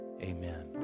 Amen